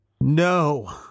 No